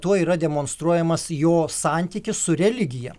tuo yra demonstruojamas jo santykis su religija